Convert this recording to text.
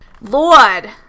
Lord